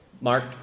mark